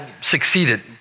succeeded